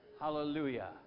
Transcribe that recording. Hallelujah